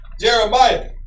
Jeremiah